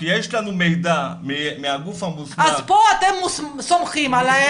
כי יש לנו מידע מהגוף המוסמך --- אז פה אתם סומכים עליהם,